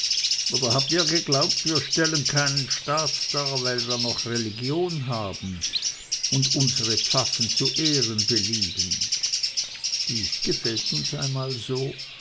oder habt ihr geglaubt wir stellen keinen staat vor weil wir noch religion haben und unsere pfaffen zu ehren belieben dieses gefällt uns einmal so